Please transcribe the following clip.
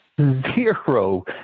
zero